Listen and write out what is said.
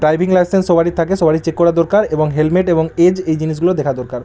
driving licence সবারই থাকে সবারই চেক করা দরকার এবং হেলমেট এবং এজ এই জিনিসগুলো দেখা দরকার